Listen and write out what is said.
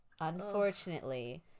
unfortunately